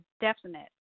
definite